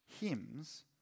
hymns